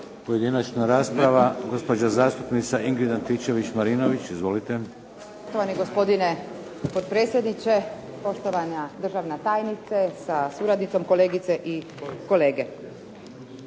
Pojedinačna rasprava, gospođa zastupnica Ingrid Antičević-Marinović. Izvolite. **Antičević Marinović, Ingrid (SDP)** Poštovani gospodine potpredsjedniče, poštovana državna tajnice sa suradnicom, kolegice i kolege.